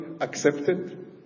accepted